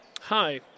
Hi